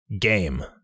game